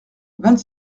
vingt